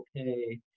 okay